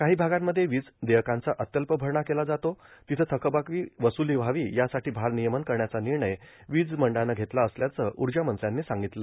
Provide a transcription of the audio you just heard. काही भागांमध्ये विज देयकांचा अत्यल्प भरणा केला जातो तिथं थकबाकी वस्रुली व्हावी यासाठी भारनियमन करण्याचा निर्णय वीज मंडळानं घेतला असल्याचं ऊर्जा मंत्र्यांनी सांगितलं